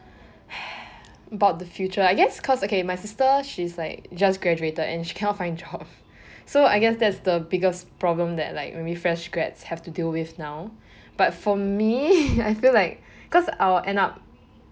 about the future I guess cause okay my sister she is like just graduated and she cannot find job so I guess that is the biggest problem that like maybe fresh grads have to deal with now but for me I feel like cause I will end up